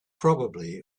probably